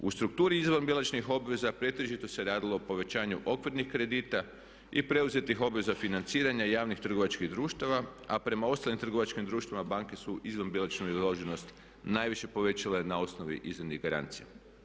U strukturi izvanbilančnih obveza pretežito se radilo o povećanju okvirnih kredita i preuzetih obveza financiranja javnih trgovačkih društava a prema ostalim trgovačkim društvima banke su izvanbilančno … najviše povećale na osnovi izdanih garancija.